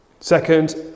Second